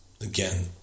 again